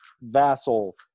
vassal